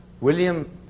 William